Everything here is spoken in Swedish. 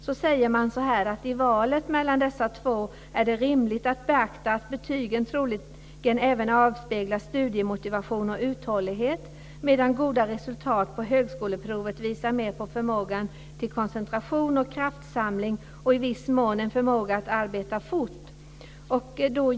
Där står att i valet mellan dessa två är det rimligt att beakta att betygen troligen även avspeglar studiemotivation och uthållighet, medan goda resultat på högskoleprovet mer visar på förmågan till koncentration och kraftsamling och i viss mån en förmåga att arbeta fort.